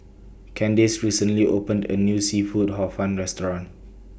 Candace recently opened A New Seafood Hor Fun Restaurant